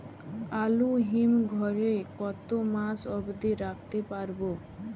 আলু হিম ঘরে কতো মাস অব্দি রাখতে পারবো?